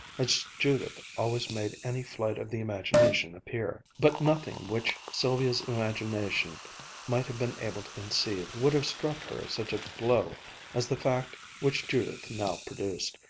as judith always made any flight of the imagination appear. but nothing which sylvia's imagination might have been able to conceive would have struck her such a blow as the fact which judith now produced,